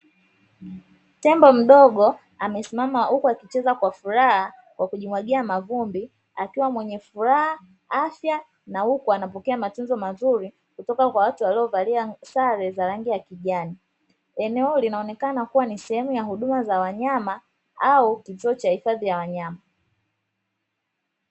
Tembo mdogo amesimama huku akicheza kwa furaha kwa kujimwagia mavumbi akiwa mwenye furaha, afya na huku anapokea matunzo mazuri kutoka kwa watu waliovalia sare za rangi ya kijani. Eneo linaonekana kuwa ni sehemu ya huduma za wanyama au kituo cha hifadhi ya wanyama.